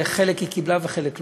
חלק היא קיבלה וחלק לא.